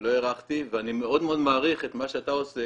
לא הערכתי ואני מאוד מאוד מעריך את מה שאתה עושה,